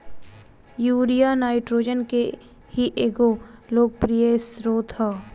urea nitrogen के ही एगो लोकप्रिय स्रोत ह